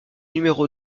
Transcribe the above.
numéro